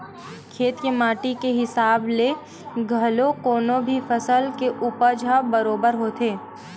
खेत के माटी के हिसाब ले घलो कोनो भी फसल के उपज ह बरोबर होथे